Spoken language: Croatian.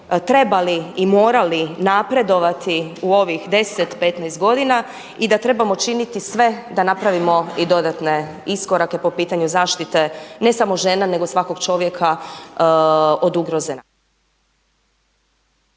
trebali i morali napredovati u ovih 10, 15 godina i da trebamo činiti sve da napravimo i dodatne iskorake po pitanju zaštite ne samo žena, nego svakog čovjeka od ugroze